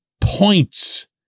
points